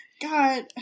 God